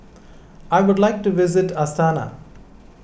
I would like to visit Astana